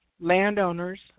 Landowners